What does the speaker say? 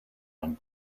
i’m